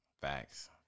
Facts